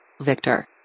Victor